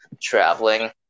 traveling